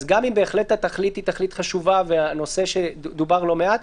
גם אם התכלית חשובה והנושא דובר לא מעט,